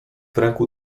ręku